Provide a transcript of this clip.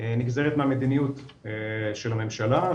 נגזרת מהמדיניות של הממשלה,